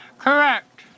Correct